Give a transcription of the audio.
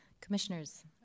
Commissioners